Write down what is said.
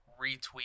retweet